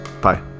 bye